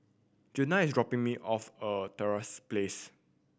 Juana is dropping me off at Trevose Place